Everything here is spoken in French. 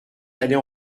d’aller